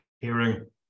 hearing